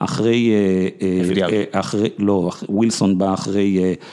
אחרי... לא, ווילסון בא אחרי...